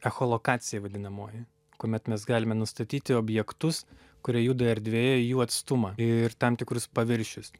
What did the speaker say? echolokacija vadinamoji kuomet mes galime nustatyti objektus kurie juda erdvėje jų atstumą ir tam tikrus paviršius